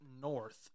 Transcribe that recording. north